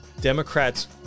Democrats